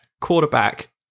quarterback